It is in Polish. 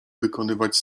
wykonywać